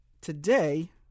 Today